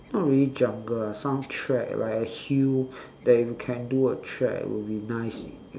not really jungle ah some trek like a hill that you can do a trek will be nice